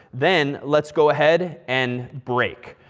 then let's go ahead and break.